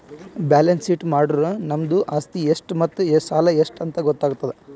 balance sheet ಮಾಡುರ್ ನಮ್ದು ಆಸ್ತಿ ಎಷ್ಟ್ ಮತ್ತ ಸಾಲ ಎಷ್ಟ್ ಅಂತ್ ಗೊತ್ತಾತುದ್